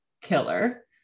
killer